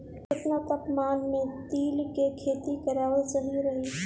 केतना तापमान मे तिल के खेती कराल सही रही?